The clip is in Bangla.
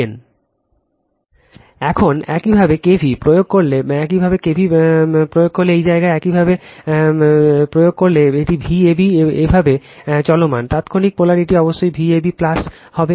এখন একইভাবে k v l প্রয়োগ করলে একইভাবে k v l প্রয়োগ করলে এই জায়গায় একইভাবে k v l প্রয়োগ করলে এই জায়গায় একইভাবে k v l প্রয়োগ করলে এটি Vab হবে এভাবে চলমান Refer Time 2244 তাত্ক্ষণিক পোলারিটি অবশ্যই Vab হতে হবে